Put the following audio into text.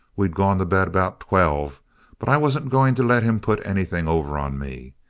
we'd gone to bed about twelve but i wasn't going to let him put anything over on me.